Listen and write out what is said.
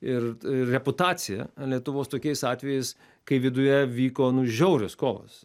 ir reputaciją lietuvos tokiais atvejais kai viduje vyko nu žiaurios kovos